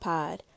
Pod